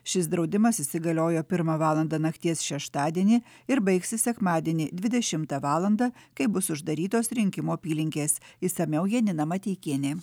šis draudimas įsigaliojo pirmą valandą nakties šeštadienį ir baigsis sekmadienį dvidešimtą valandą kai bus uždarytos rinkimų apylinkės išsamiau janina mateikienė